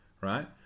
right